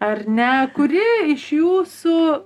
ar ne kuri iš jūsų